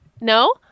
no